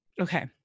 Okay